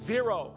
Zero